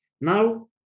now